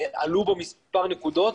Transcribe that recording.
עלו בו מספר נקודות